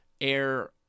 air